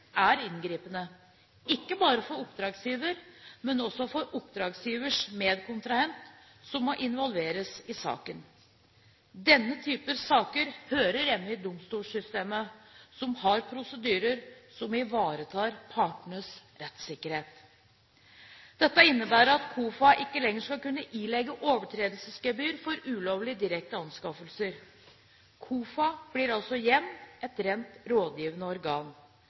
er inngripende – ikke bare for oppdragsgiver, men også for oppdragsgivers medkontrahent som må involveres i saken. Denne typen saker hører hjemme i domstolssystemet, som har prosedyrer som ivaretar partenes rettssikkerhet. Dette innebærer at KOFA ikke lenger skal kunne ilegge overtredelsesgebyr for ulovlige direkte anskaffelser. KOFA blir altså igjen et rent rådgivende organ.